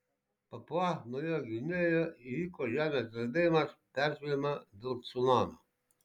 papua naujojoje gvinėjoje įvyko žemės drebėjimas perspėjama dėl cunamio